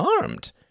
armed